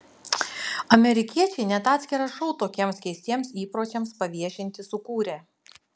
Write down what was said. amerikiečiai net atskirą šou tokiems keistiems įpročiams paviešinti sukūrė